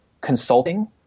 consulting